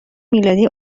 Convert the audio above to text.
میلادی